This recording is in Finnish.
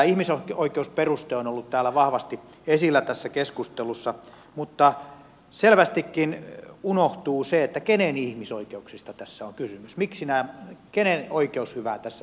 tämä ihmisoikeusperuste on ollut täällä vahvasti esillä tässä keskustelussa mutta selvästikin unohtuu se kenen ihmisoikeuksista tässä on kysymys kenen oikeushyvää tässä suojellaan